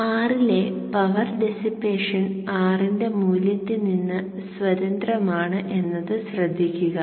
R ലെ power dissipation R ന്റെ മൂല്യത്തിൽ നിന്ന് സ്വതന്ത്രമാണ് എന്നത് ശ്രദ്ധിക്കുക